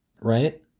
right